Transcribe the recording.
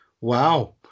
Wow